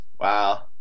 Wow